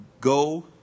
Go